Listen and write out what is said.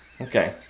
Okay